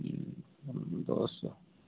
ଦଶ